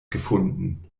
gefunden